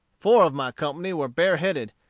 four of my company were bareheaded,